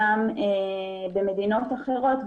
גם במדינות אחרות,